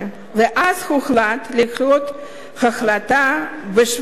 ואז הוחלט לדחות את ההחלטה בשבועיים.